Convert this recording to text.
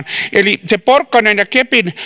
eli sen porkkanan ja kepin